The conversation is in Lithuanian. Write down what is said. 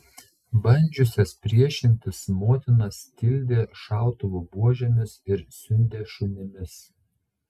bandžiusias priešintis motinas tildė šautuvų buožėmis ir siundė šunimis